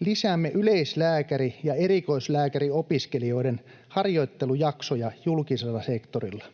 ”lisäämme yleislääkäri- ja erikoislääkäriopiskelijoiden harjoittelujaksoja julkisella sektorilla”.